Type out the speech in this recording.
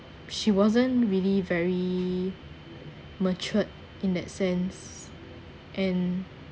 she wasn't really very matured in that sense and